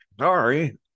sorry